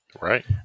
Right